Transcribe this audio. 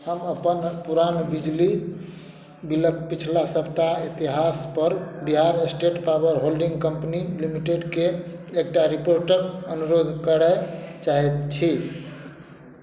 हम अपन पुरान बिजली बिलक पिछला सप्ताह इतिहासपर Bihar state power holding company लिमिटेडके एकटा रिपोर्टक अनुरोध करय चाहैत छी